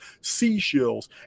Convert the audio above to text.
Seashells